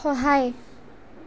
সহায়